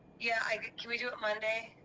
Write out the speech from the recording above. yeah, i can we do it monday?